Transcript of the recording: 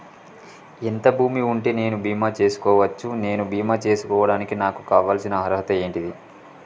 ఎంత భూమి ఉంటే నేను బీమా చేసుకోవచ్చు? నేను బీమా చేసుకోవడానికి నాకు కావాల్సిన అర్హత ఏంటిది?